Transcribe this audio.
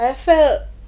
I felt